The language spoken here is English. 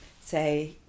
say